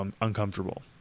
uncomfortable